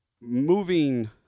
moving